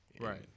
Right